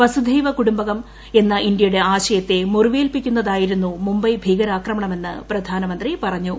വസുധൈവ കുടുംബകം എന്ന ഇന്ത്യയുടെ ആശയത്തെ മുറിവേൽപ്പിക്കുന്നതായിരുന്നു മുംബൈ ഭീകരാക്രമണമെന്ന് പ്രധാനമന്ത്രി പറഞ്ഞു